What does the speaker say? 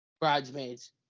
Bridesmaids